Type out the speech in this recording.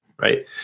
Right